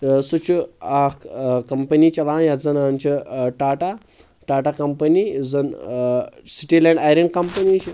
سُہ چھُ اکھ کَمپٔنی چَلاوان یَتھ زَن ونان چھِ ٹاٹا ٹاٹا کَمپٔنی یُس زَن سِٹیٖل اینٛڈ اَیرن کَمپٔنی چھِ